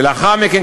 ולאחר מכן,